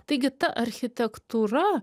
taigi ta architektūra